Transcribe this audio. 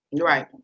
Right